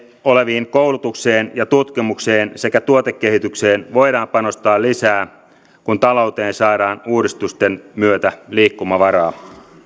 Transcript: oleviin koulutukseen ja tutkimukseen sekä tuotekehitykseen voidaan panostaa lisää kun talouteen saadaan uudistusten myötä liikkumavaraa